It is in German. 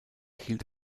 hielt